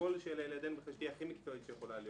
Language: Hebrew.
כל שבידינו כדי שהיא תהיה הכי מקצועית שיכול להיות